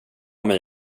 mig